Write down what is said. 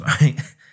right